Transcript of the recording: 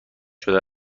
شده